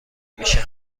میشن